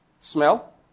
smell